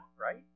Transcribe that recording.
right